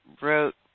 wrote